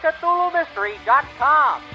CthulhuMystery.com